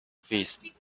fist